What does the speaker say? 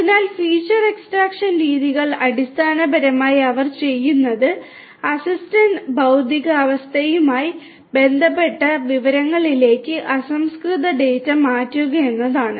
അതിനാൽ feature extraction രീതികൾ അടിസ്ഥാനപരമായി അവർ ചെയ്യുന്നത് അസറ്റിന്റെ ഭൌതിക അവസ്ഥയുമായി ബന്ധപ്പെട്ട വിവരങ്ങളിലേക്ക് അസംസ്കൃത ഡാറ്റ മാറ്റുക എന്നതാണ്